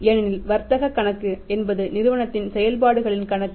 ஏனெனில் வர்த்தக கணக்கு என்பது நிறுவனத்தின் செயல்பாடுகளின் கணக்கு